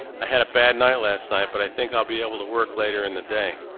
i had a bad night last night, but i think i'll be able to work later in the day.